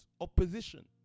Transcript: Opposition